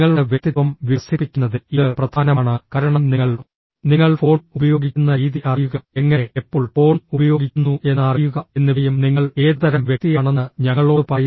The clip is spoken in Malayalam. നിങ്ങളുടെ വ്യക്തിത്വം വികസിപ്പിക്കുന്നതിൽ ഇത് പ്രധാനമാണ് കാരണം നിങ്ങൾ നിങ്ങൾ ഫോൺ ഉപയോഗിക്കുന്ന രീതി അറിയുക എങ്ങനെ എപ്പോൾ ഫോൺ ഉപയോഗിക്കുന്നു എന്ന് അറിയുക എന്നിവയും നിങ്ങൾ ഏതുതരം വ്യക്തിയാണെന്ന് ഞങ്ങളോട് പറയും